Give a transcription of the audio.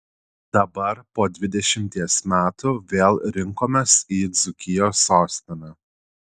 dabar po dvidešimties metų vėl rinkomės į dzūkijos sostinę